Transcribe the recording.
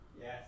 yes